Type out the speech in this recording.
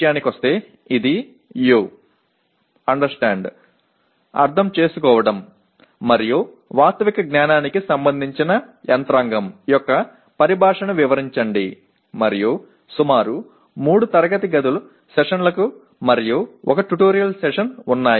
புரிந்துகொள்ளுதல் மற்றும் உண்மை அறிவு ஆகியவற்றுடன் தொடர்புடைய பொறிமுறையின் சொற்களை விளக்குங்கள் மற்றும் சுமார் 3 வகுப்பறை அமர்வுகள் மற்றும் 1 டுடோரியல் அமர்வு உள்ளன